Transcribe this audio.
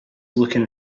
looking